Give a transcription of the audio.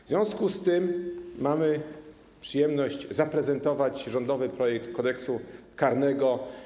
W związku z tym mamy przyjemność zaprezentować rządowy projekt nowelizacji Kodeksu karnego.